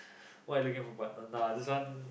what you looking for a partner no I just want